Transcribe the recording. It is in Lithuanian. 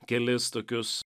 kelis tokius